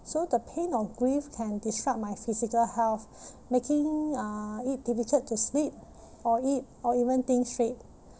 so the pain of grief can disrupt my physical health making uh it difficult to sleep or eat or even think straight